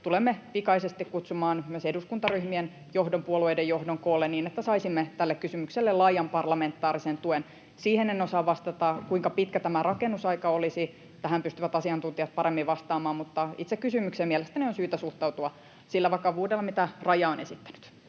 tulemme pikaisesti kutsumaan myös eduskuntaryhmien johdon ja puolueiden johdon koolle, niin että saisimme tälle kysymykselle laajan parlamentaarisen tuen. Siihen en osaa vastata, kuinka pitkä tämä rakennusaika olisi. Tähän pystyvät asiantuntijat paremmin vastaamaan, mutta itse kysymykseen mielestäni on syytä suhtautua sillä vakavuudella kuin mitä Raja on esittänyt.